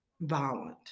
violent